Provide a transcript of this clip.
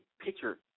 picture